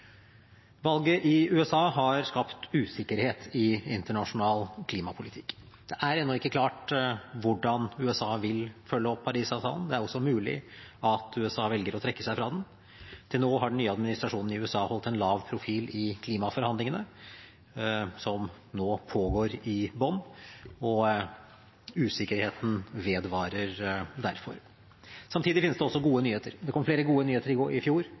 Valget i USA har skapt usikkerhet i internasjonal klimapolitikk. Det er ennå ikke klart hvordan USA vil følge opp Parisavtalen. Det er også mulig at USA velger å trekke seg fra den. Til nå har den nye administrasjonen i USA holdt en lav profil i klimaforhandlingene som nå pågår i Bonn, og usikkerheten vedvarer derfor. Samtidig finnes det også gode nyheter. Det kom flere gode nyheter i fjor. Flere nye klimaavtaler i